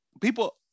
people